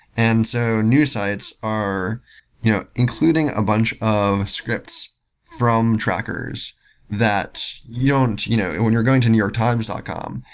and so news sites are you know including a bunch of scripts from trackers that you don't you know and when you're going to newyorktimes dot com,